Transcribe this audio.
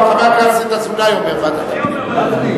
עברה בקריאה טרומית ותועבר לוועדת,